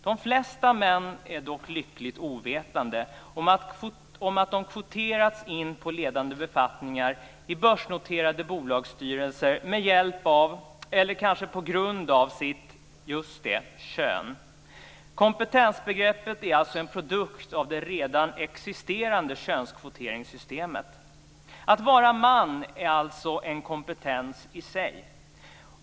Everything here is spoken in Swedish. De flesta män är dock lyckligt ovetande om att de kvoterats in på ledande befattningar i börsnoterade bolagsstyrelser med hjälp av eller kanske på grund av sitt - just det - kön. Kompetensbegreppet är alltså en produkt av det redan existerande könskvoteringssystemet. Att vara man är alltså en kompetens i sig.